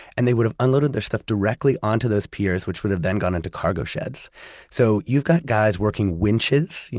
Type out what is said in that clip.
and they would have unloaded their stuff directly onto those piers, which would have then gone into cargo sheds so you've got guys working winches,